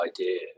idea